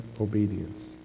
obedience